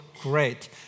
great